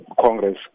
Congress